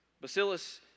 Bacillus